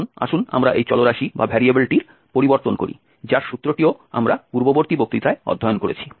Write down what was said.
কারণ আসুন আমরা এই চলরাশিটির পরিবর্তন করি যার সূত্রটিও আমরা পূর্ববর্তী বক্তৃতায় অধ্যয়ন করেছি